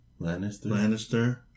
Lannister